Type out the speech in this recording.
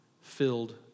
filled